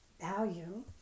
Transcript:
value